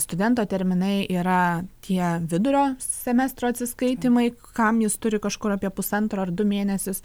studento terminai yra tie vidurio semestro atsiskaitymai kam jis turi kažkur apie pusantro ar du mėnesius